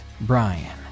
Brian